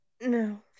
No